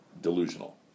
delusional